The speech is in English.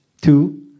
two